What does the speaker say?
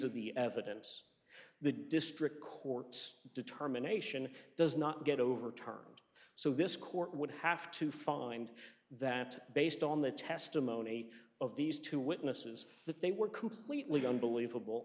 of the evidence the district court's determination does not get overturned so this court would have to find that based on the testimony of these two witnesses that they were completely unbelievable